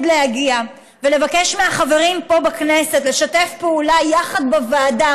להגיע ולבקש מהחברים פה בכנסת לשתף פעולה יחד בוועדה